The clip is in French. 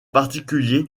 particulier